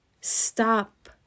stop